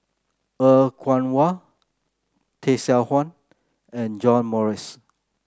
Er Kwong Wah Tay Seow Huah and John Morrice